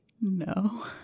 no